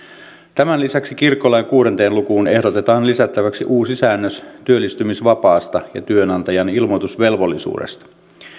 tämän lisäksi kirkkolain kuuteen lukuun ehdotetaan lisättäväksi uusi säännös työllistymisvapaasta ja työnantajan ilmoitusvelvollisuudesta